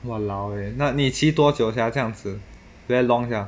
!walao! eh 那你骑多久 sia 这样子 very long sia